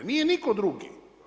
Nije nitko drugi.